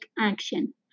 action